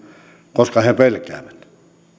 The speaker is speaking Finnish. koska he pelkäävät